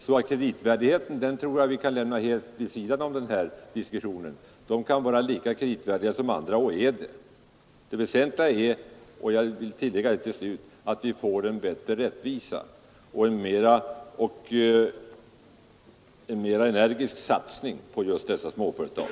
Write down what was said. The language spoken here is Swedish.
Så kreditvärdigheten tror jag vi kan lämna helt vid sidan om den här diskussionen, Dessa företag kan vara lika kreditvärdiga som andra och är det. Det väsentliga är att vi får en bättre rättvisa och en mera energisk satsning på just dessa småföretag.